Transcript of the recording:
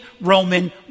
Roman